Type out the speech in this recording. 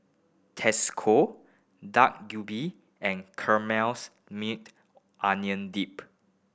Tasco Dak Galbi and Onion Dip